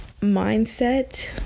mindset